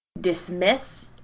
dismiss